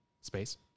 space